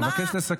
אבקש לסכם,